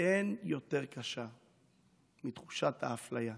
אין יותר קשה מתחושת האפליה,